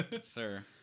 Sir